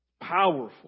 Powerful